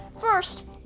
First